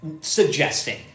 suggesting